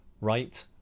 right